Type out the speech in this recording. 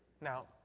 now